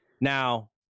Now